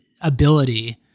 ability